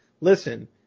listen